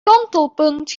kantelpunt